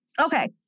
Okay